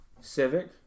Civic